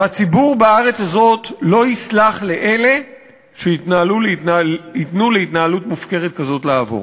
והציבור בארץ הזאת לא יסלח לאלה שייתנו להתנהלות מופקרת כזאת לעבור.